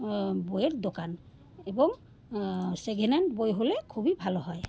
বইয়ের দোকান এবং সেকেন্ডহ্যান্ড বই হলে খুবই ভালো হয়